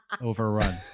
Overrun